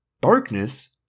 Darkness